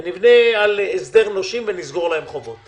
ונבנה על הסדר נושים ונסגור להם את החובות